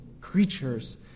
creatures